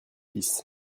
fils